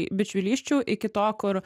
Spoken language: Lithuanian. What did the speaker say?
bičiulysčių iki to kur